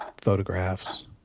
photographs